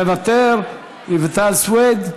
מוותר, רויטל סויד,